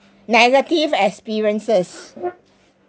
negative experiences